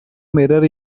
mirror